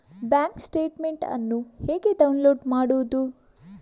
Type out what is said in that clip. Bank statement ಅನ್ನು ಹೇಗೆ download ಮಾಡುವುದು?